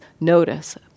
notice